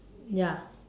ya